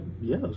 yes